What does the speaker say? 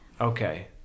Okay